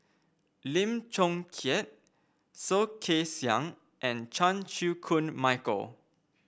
Lim Chong Keat Soh Kay Siang and Chan Chew Koon Michael